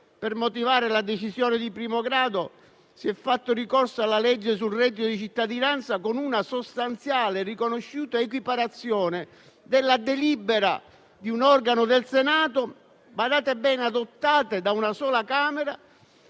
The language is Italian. per motivare la decisione di primo grado si è fatto ricorso alla legge sul reddito di cittadinanza, con una sostanziale e riconosciuta equiparazione della delibera di un organo del Senato - badate bene - adottata da una sola Camera,